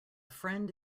friend